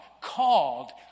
Called